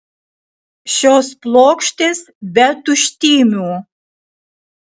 šios plokštės be tuštymių